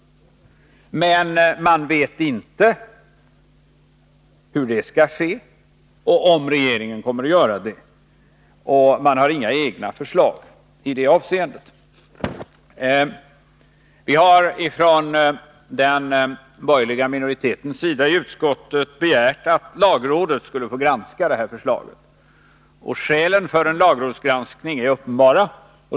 Men man vet inte hur detta skall ske och om regeringen kommer att göra det. Man har inga egna förslag i det avseendet. Den borgerliga minoriteten i utskottet begärde att lagrådet skulle få granska detta förslag. Skälen för en lagrådsgranskning är uppenbara.